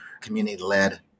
community-led